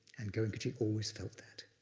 and goenkaji always felt that.